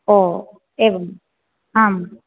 ओ एवम् आम्